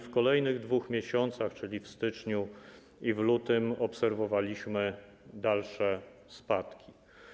W kolejnych dwóch miesiącach, czyli w styczniu i w lutym, obserwowaliśmy dalsze spadki.